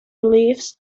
beliefs